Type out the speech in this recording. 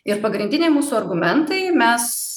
ir pagrindiniai mūsų argumentai mes